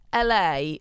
la